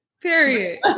Period